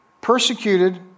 persecuted